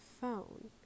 phone